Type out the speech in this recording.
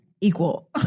equal